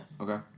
Okay